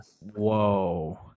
Whoa